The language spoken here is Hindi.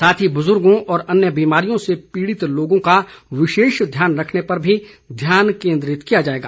साथ ही बुजुर्गों और अन्य बीमारियों से पीड़ित लोगों का विशेष ध्यान रखने पर भी ध्यान केन्द्रित किया जाएगा